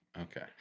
Okay